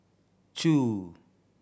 two